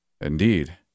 Indeed